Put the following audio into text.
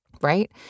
right